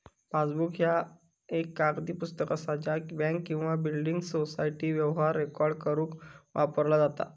passbook ह्या एक कागदी पुस्तक असा ज्या बँक किंवा बिल्डिंग सोसायटी व्यवहार रेकॉर्ड करुक वापरला जाता